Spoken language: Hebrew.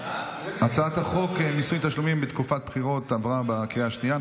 הצעת חוק מיסוי תשלומים בתקופת בחירות עברה בקריאה שנייה.